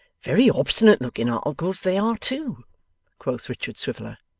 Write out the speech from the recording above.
very obstinate-looking articles they are too quoth richard swiveller.